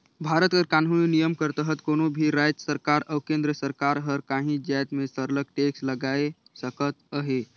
भारत कर कानूनी नियम कर तहत कोनो भी राएज सरकार अउ केन्द्र कर सरकार हर काहीं जाएत में सरलग टेक्स लगाए सकत अहे